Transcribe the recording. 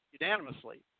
unanimously